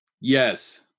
Yes